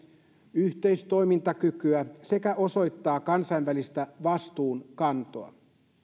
yhteistoimintakykyä sekä osoittaa kansainvälistä vastuunkantoa